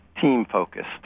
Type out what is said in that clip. team-focused